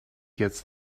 gets